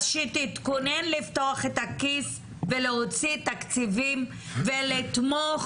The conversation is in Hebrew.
אז שתתכונן לפתוח את הכיס ולהוציא תקציבים ולתמוך